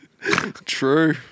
True